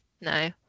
no